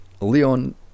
Leon